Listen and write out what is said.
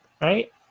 right